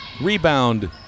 Rebound